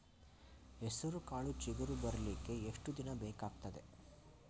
ಹೆಸರುಕಾಳು ಚಿಗುರು ಬರ್ಲಿಕ್ಕೆ ಎಷ್ಟು ದಿನ ಬೇಕಗ್ತಾದೆ?